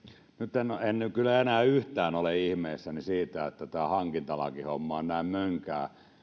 nyt en kyllä enää yhtään ole ihmeissäni siitä että tämä hankintalakihomma on mennyt näin mönkään